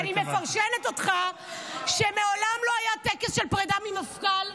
אני מפרשנת אותך שמעולם לא היה טקס של פרידה ממפכ"ל,